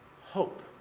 hope